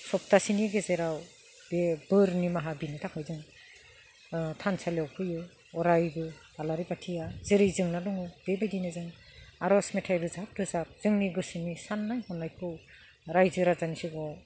सबथासेनि गेजेराव बे बोर निमाहा बिनो थाखाय जों थानसालियाव फैयो अरायबो आलारि बाथिया जेरै जोंना दङ बेबायदिनो जों आरज मेथाइ रोजाब रोजाब जोंनि गोसोनि साननाय हनायखौ रायजो राजानि सिगाङाव